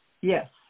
Yes